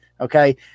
Okay